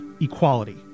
equality